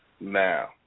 Now